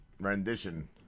rendition